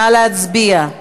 נא להצביע.